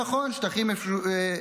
נכון, שטחים משותפים.